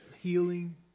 healing